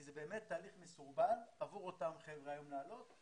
כי זה באמת תהליך מסורבל עבור אותם אנשים לעלות היום.